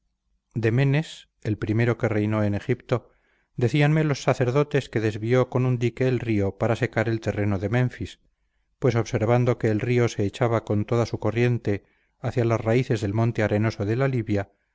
de menes el primero que reinó en egipto decíanme los sacerdotes que desvió con un dique el río para secar el terreno de menfis pues observando que el río se echaba con toda su corriente hacia las raíces del monte arenoso de